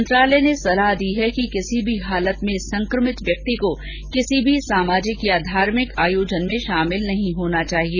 मंत्रालय ने सलाह दी है कि किसी भी हालत में संक्रमित व्यक्ति को किसी भी सामाजिक या धार्भिक आयोजन में शामिल नहीं होना चाहिए